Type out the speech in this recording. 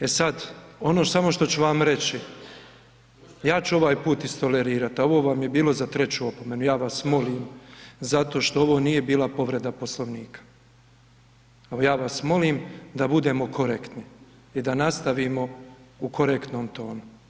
E sad, ono samo što ću vam reći, ja ću ovaj put istolerirat, a ovo vam je bilo za treću opomenu, ja vas molim zato što ovo nije bila povreda Poslovnika, evo ja vas molim da budemo korektni i da nastavimo u korektnom tonu.